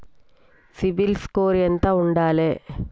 CIBIL score ఎంత ఉండాలే?